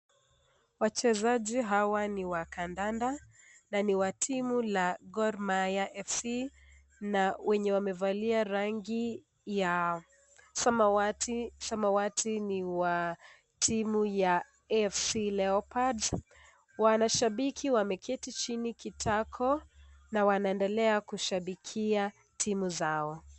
Wachezaji hawa ni wa kandanda na ni wa timu la Gor Mahia FC na wenye wamevalia rangi ya samawati ni wa timu ya AFC Leopards. Wanashabiki wameketi chini kitako na wanaendelea kushabikia timu zao.